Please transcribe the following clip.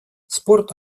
спорт